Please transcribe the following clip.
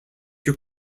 your